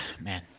man